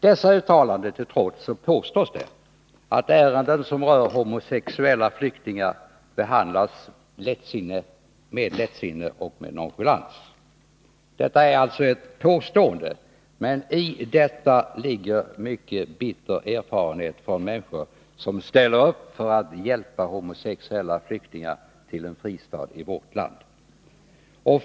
Dessa uttalanden till trots påstås det att ärenden som rör homosexuella flyktingar behandlas med lättsinne och nonchalans. Detta är alltså ett påstående, men i detta ligger mycken bitter erfarenhet från människor som ställer upp för att hjälpa homosexuella flyktingar till en fristad i vårt land.